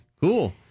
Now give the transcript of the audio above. cool